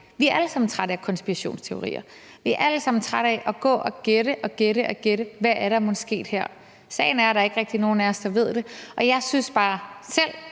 Vi er alle sammen trætte af konspirationsteorier; vi er allesammen trætte af at gå og gætte og gætte på, hvad der mon er sket her. Sagen er, at der ikke rigtig er nogen er os, der ved det, og jeg synes bare selv